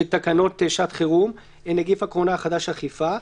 תקנות שעת חירום (נגיף הקורונה החדש אכיפה).